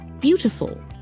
beautiful